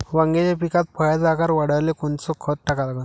वांग्याच्या पिकात फळाचा आकार वाढवाले कोनचं खत टाका लागन?